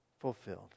fulfilled